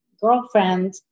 Girlfriend